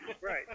Right